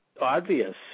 obvious